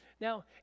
now